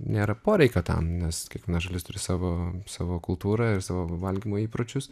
nėra poreikio tam nes kiekviena šalis turi savo savo kultūrą ir savo valgymo įpročius